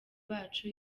bacu